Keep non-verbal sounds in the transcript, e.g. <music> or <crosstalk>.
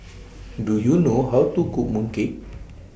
<noise> Do YOU know How to Cook Mooncake